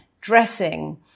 dressing